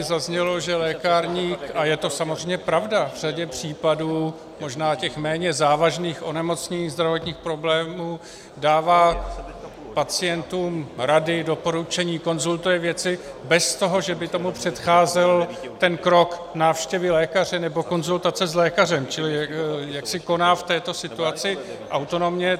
Zaznělo tady, že lékárník, a je to samozřejmě pravda, v řadě případů, možná těch méně závažných onemocnění, zdravotních problémů, dává pacientům rady, doporučení, konzultuje věci bez toho, že by tomu předcházel ten krok návštěvy lékaře nebo konzultace s lékařem, čili jaksi koná v této situaci autonomně.